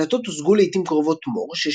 בהקלטות הוצגו לעיתים קרובות מור,